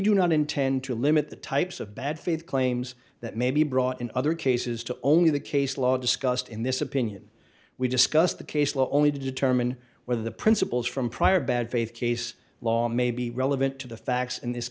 do not intend to limit the types of bad faith claims that may be brought in other cases to only the case law discussed in this opinion we discussed the case law only to determine whether the principles from prior bad faith case law may be relevant to the facts in this